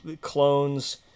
clones